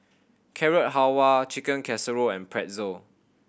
Carrot Halwa Chicken Casserole and Pretzel